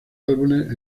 álbumes